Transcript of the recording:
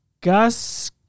Gus